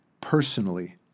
Personally